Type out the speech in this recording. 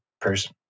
person